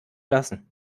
lassen